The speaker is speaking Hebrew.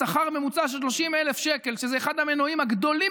בשכר ממוצע של 30,000 שקל שזה אחד המנועים הגדולים